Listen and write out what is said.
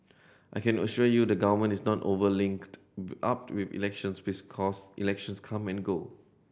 I can assure you the government is not over linked up to elections elections come and go